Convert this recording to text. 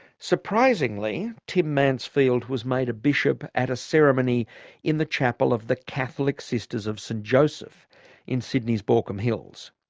surprisingly tim mansfield was made a bishop at a ceremony in the chapel of the catholic sisters of st joseph in sydney's baulkham hills.